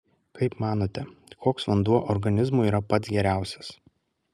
kaip manote koks vanduo organizmui yra pats geriausias